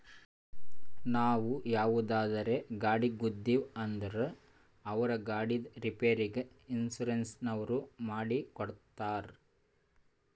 ನಾವು ಯಾವುದರೇ ಗಾಡಿಗ್ ಗುದ್ದಿವ್ ಅಂದುರ್ ಅವ್ರ ಗಾಡಿದ್ ರಿಪೇರಿಗ್ ಇನ್ಸೂರೆನ್ಸನವ್ರು ಮಾಡಿ ಕೊಡ್ತಾರ್